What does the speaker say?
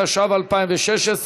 התשע"ו 2016,